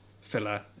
filler